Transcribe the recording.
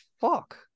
fuck